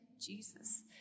Jesus